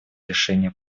решения